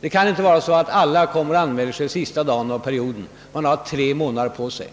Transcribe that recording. Det kan inte vara så, att alla kommer och anmäler sig sista dagen av perioden, när man har tre månader på sig.